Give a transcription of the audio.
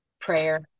prayer